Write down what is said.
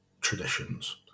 traditions